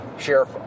Sheriff